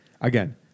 Again